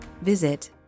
visit